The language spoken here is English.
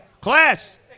Class